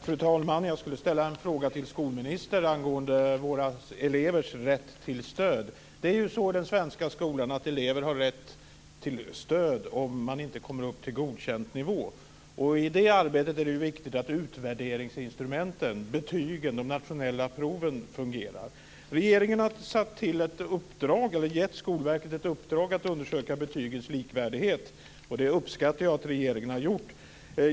Fru talman! Jag vill ställa en fråga till skolministern angående elevernas rätt till stöd. I den svenska skolan har eleverna rätt till stöd om de inte kommer upp till godkänd nivå. I det arbetet är det viktigt att utvärderingsinstrumenten - betygen och de nationella proven - fungerar. Regeringen har gett Skolverket ett uppdrag att undersöka betygens likvärdighet, och det uppskattar jag att regeringen har gjort.